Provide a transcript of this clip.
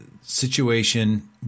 situation